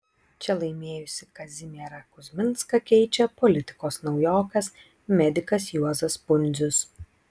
čia laimėjusį kazimierą kuzminską keičia politikos naujokas medikas juozas pundzius